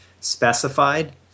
specified